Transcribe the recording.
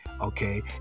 Okay